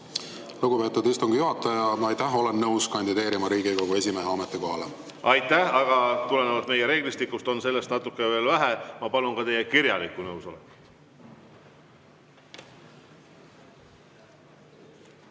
Lugupeetud istungi juhataja! Olen nõus kandideerima Riigikogu esimehe ametikohale. Aitäh! Aga tulenevalt meie reeglistikust on sellest natuke veel vähe. Ma palun ka teie kirjalikku nõusolekut. Head